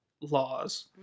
laws